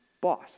boss